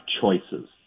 choices